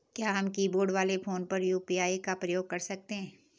क्या हम कीबोर्ड वाले फोन पर यु.पी.आई का प्रयोग कर सकते हैं?